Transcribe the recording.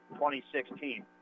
2016